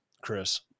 Chris